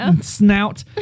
snout